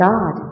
God